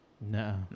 no